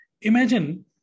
imagine